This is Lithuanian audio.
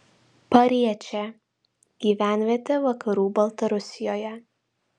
pariečė gyvenvietė vakarų baltarusijoje